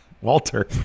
Walter